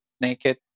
naked